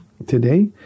today